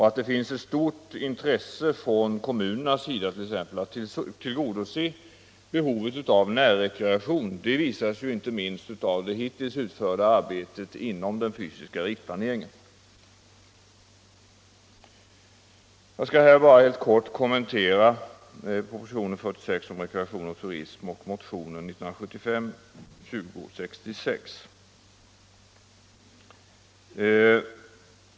Att det finns ett stort intresse från kommunernas sida för att t.ex. tillgodose behovet av närrekreation visas ju inte minst av det hittills utförda arbetet inom den fysiska riksplaneringen. Jag skall här bara helt kort kommentera propositionen 1975:46 om rekreation och turism och motionen 1975:2066.